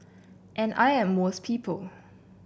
and I am most people